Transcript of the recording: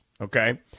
okay